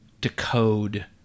decode